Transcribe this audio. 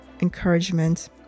encouragement